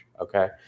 okay